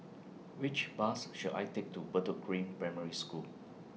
Which Bus should I Take to Bedok Green Primary School